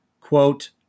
quote